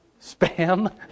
spam